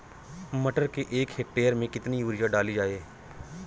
मटर के एक हेक्टेयर में कितनी यूरिया डाली जाए?